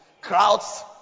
crowds